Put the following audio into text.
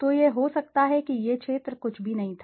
तो यह हो सकता है कि यह क्षेत्र कुछ भी नहीं था